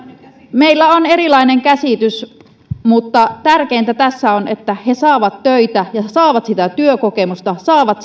meillä on erilainen käsitys mutta tärkeintä tässä on että he saavat töitä ja saavat sitä työkokemusta saavat